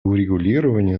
урегулирования